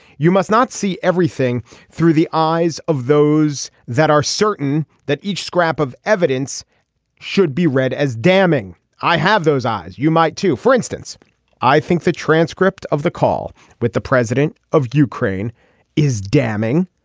you must not see everything through the eyes of those that are certain that each scrap of evidence should be read as damning. i have those eyes. you might too for instance i think the transcript of the call with the president of ukraine is damning.